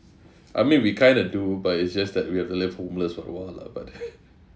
I mean we kind of do but it's just that we have to live homeless for a while lah but